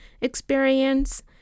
experience